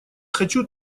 хочу